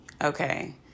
Okay